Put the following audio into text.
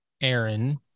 Aaron